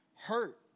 hurt